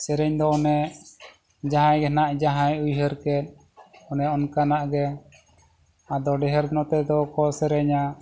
ᱥᱮᱨᱮᱧ ᱫᱚ ᱚᱱᱮ ᱡᱟᱦᱟᱸᱭ ᱜᱮ ᱡᱟᱦᱟᱸᱭ ᱩᱭᱦᱟᱹᱨ ᱠᱮᱫ ᱚᱱᱮ ᱚᱱᱠᱟᱱᱟᱜ ᱜᱮ ᱟᱫᱚ ᱰᱷᱮᱨ ᱱᱚᱛᱮ ᱫᱚᱠᱚ ᱥᱮᱨᱮᱧᱟ